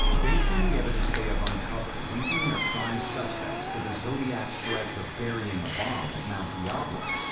based on the evidence they have uncovered linking their prime suspects to the zodiac's threats of burying a bomb at mount diablo,